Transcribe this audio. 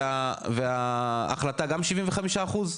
וההחלטה גם 75%?